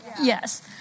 Yes